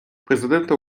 президента